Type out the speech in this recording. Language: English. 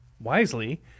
wisely